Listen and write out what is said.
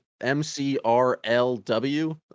M-C-R-L-W